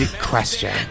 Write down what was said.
question